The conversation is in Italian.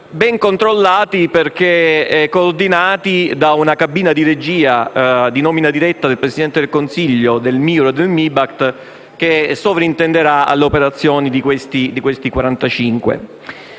ben controllati, perché coordinati da una cabina di regia, di nomina diretta del Presidente del Consiglio, del MIUR e MIBACT, che sovraintenderà alle operazioni dei